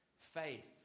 faith